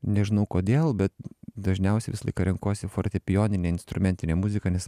nežinau kodėl bet dažniausiai visą laiką renkuosi fortepijoninę instrumentinę muziką nes